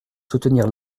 soutenir